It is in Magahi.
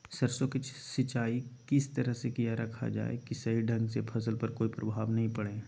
सरसों के सिंचाई किस तरह से किया रखा जाए कि सही ढंग से फसल पर कोई प्रभाव नहीं पड़े?